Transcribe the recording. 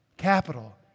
capital